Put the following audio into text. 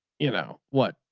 you know what.